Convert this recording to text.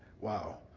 Wow